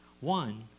One